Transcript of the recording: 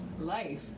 life